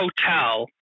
hotel